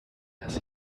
dass